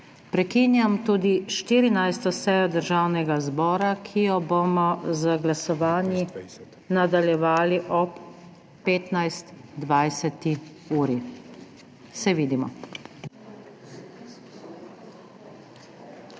Prekinjam tudi 14. sejo Državnega zbora, ki jo bomo z glasovanji nadaljevali ob 15.20. Se vidimo.